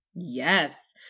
Yes